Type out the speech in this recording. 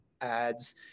ads